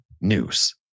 News